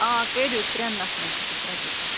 آ کٔرِو ترٛٮ۪ن نفرَن خٲطرٕ ترٛےٚ ٹِکٹہٕ